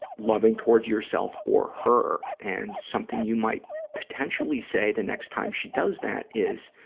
loving towards yourself or her. and, something you might potentially say, the next time she does that, is,